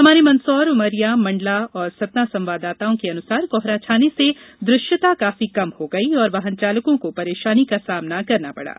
हमारे मंदसौर उमरिया मण्डला सतना संवाददाताओं के अनुसार कोहरा छाने से दृश्यता काफी कम हो गई और वाहन चालकों को परेशानी का सामना करना पड़ा